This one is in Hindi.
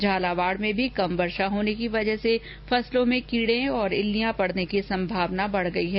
झालावाड में भी वर्षा कम होने की वजह से फसलों में कीड़े और इल्लियां पड़ने की संभावना बढ़ गयी है